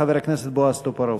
חבר הכנסת בועז טופורובסקי.